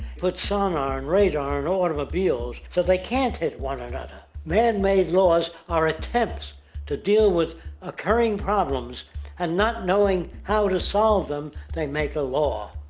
put sonar and radar on and automobiles so they can't hit one another. man-made laws are attempts to deal with occuring problems and not knowing how to solve them they make a law.